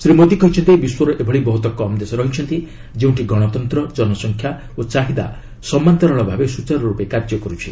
ଶ୍ରୀ ମୋଦି କହିଛନ୍ତି ବିଶ୍ୱର ଏଭଳି ବହୁତ କମ୍ ଦେଶ ରହିଛନ୍ତି ଯେଉଁଠି ଗଣତନ୍ତ୍ର ଜନସଂଖ୍ୟା ଓ ଚାହିଦା ସମାନ୍ତରାଳ ଭାବେ ସୂଚାରୁ ରୂପେ କାର୍ଯ୍ୟ କରୁଛି